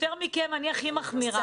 יותר מכם אני הכי מחמירה,